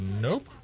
Nope